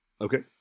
Okay